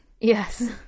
Yes